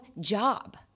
job